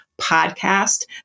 Podcast